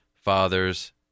fathers